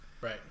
right